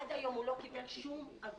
עד היום הוא לא קיבל אף אגורה.